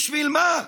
בשביל מה?